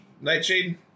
Nightshade